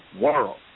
world